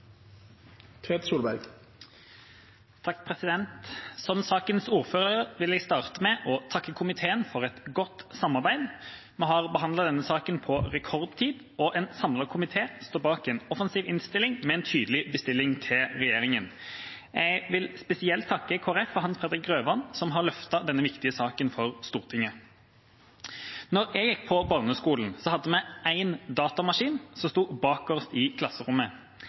vil jeg starte med å takke komiteen for et godt samarbeid. Vi har behandlet denne saken på rekordtid, og en samlet komité står bak en offensiv innstilling med en tydelig bestilling til regjeringa. Jeg vil spesielt takke Kristelig Folkeparti og Hans Fredrik Grøvan, som har løftet denne viktige saken for Stortinget. Da jeg gikk på barneskolen, hadde vi én datamaskin, som sto bakerst i klasserommet.